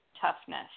toughness